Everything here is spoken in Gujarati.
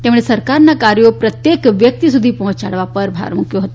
તેમણે સરકારના કાર્યો પ્રત્યેક વ્યકિત સુધી પહોયાડવા પર ભાર મુકયો હતો